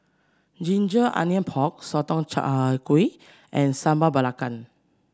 Ginger Onions Pork Sotong Char Kway and Sambal Belacan